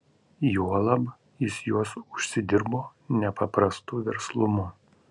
juolab jis juos užsidirbo nepaprastu verslumu